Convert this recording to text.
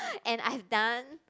and I've done